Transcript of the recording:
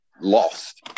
lost